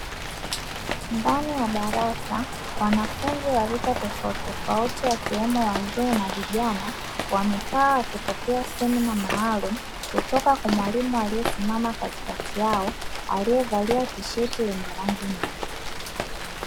Ndani ya darasa wanafunzi walika tofautitofauti wakiwemo wazee na vijana, wamekaa wakipokea semina maalumu kutoka kwa mwalimu aliyesimama katikati yao aliyevalia tisheti yenye rangi nyeupe.